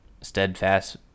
steadfast